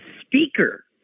Speaker